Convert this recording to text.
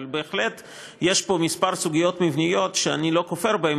אבל בהחלט יש פה כמה סוגיות מבניות שאני לא כופר בהן,